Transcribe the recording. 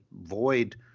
void